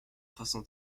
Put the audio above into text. façon